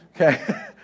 Okay